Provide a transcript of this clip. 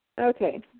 Okay